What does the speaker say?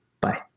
Bye